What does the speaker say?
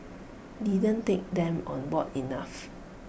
didn't take them on board enough